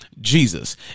Jesus